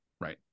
Right